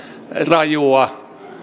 rajua